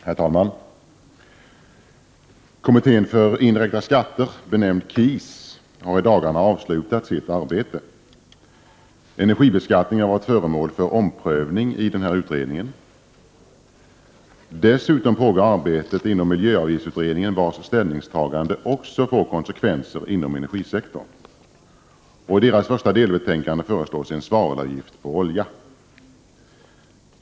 Herr talman! Kommittén för indirekta skatter, benämnd KIS, har i dagarna avslutat sitt arbete. Energibeskattningen har varit föremål för omprövning i denna utredning. Dessutom pågår ett arbete inom miljöavgiftsutredningen, vars ställningstagande också får konsekvenser för energisektorn. I nämnda utrednings första delbetänkande föreslås en svavelavgift på olja.